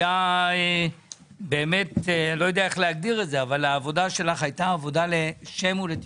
העבודה שלך הייתה לשם ולתפארת.